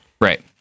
right